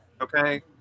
okay